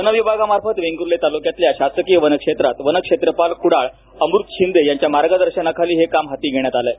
वनविभागामार्फत वेंगुर्ला तालुक्यातल्या शासकीय वनक्षेत्रात वनक्षेत्रपाल कुडाळ अमृत शिंदे यांच्या मार्गदर्शनाखाली हे काम हाती घेण्यात आलं आहे